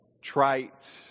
trite